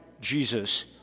Jesus